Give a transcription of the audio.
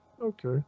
Okay